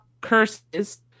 curses